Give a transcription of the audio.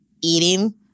eating